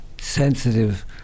sensitive